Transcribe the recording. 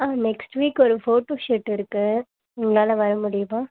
ஆ next week ஒரு photo shoot இருக்குது உங்களால் வரமுடியுமா